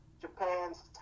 Japan's